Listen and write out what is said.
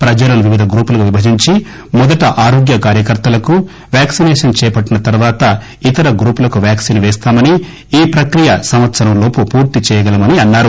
ప్రజలను వివిధ గ్రూపులుగా విభజించి మొదట ఆరోగ్య కార్యకర్తలకు వాక్పిసేషన్ చేపట్టిన తర్వాత ఇతర గ్రూప్ లకు వాక్పిన్ పేస్తామని ఈ ప్రక్రియ సంవత్సరం లోపు పూర్తి చేయగలమని అన్నారు